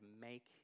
make